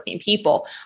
people